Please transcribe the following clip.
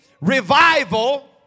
revival